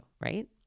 right